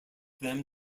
them